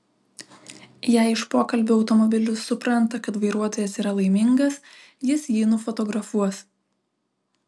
jei iš pokalbio automobilis supranta kad vairuotojas yra laimingas jis jį nufotografuos